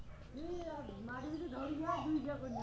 জলবায়ু পরিবর্তনের ফলে ভবিষ্যতে কৃষিতে পোকামাকড়ের প্রভাব কেমন হবে?